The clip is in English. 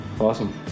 Awesome